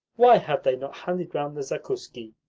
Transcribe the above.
why have they not handed round the zakuski?